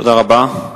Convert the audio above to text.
תודה רבה.